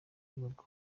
bihugu